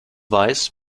weiß